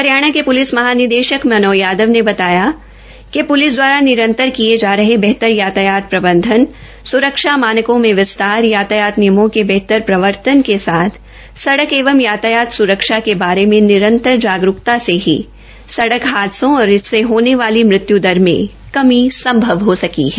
हरियाणा के प्लिस महानिदेशक श्री मनोज यादव ने बताया कि प्लिस दवारा निरंतर किए जा रहे बेहतर ट्रैफिक प्रबंधन स्रक्षा मानकों में विस्तार यातायात नियमों का बेहतर प्रवर्तन के साथ सडक़ एवं यातायात स्रक्षा के बारे में निरंतर जागरूकता से ही सडक़ हादसों और इससे होने वाली मृत्यु दर में कमी संभव हो सकी है